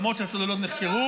למנוע שקיפות.